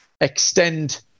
extend